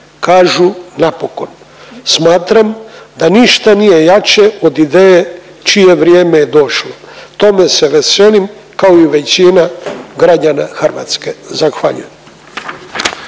Kažu napokon. Smatram da ništa nije jače od ideje čije je vrijeme došlo, tome se veselim kao i većina građana Hrvatske. Zahvaljujem.